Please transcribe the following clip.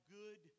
good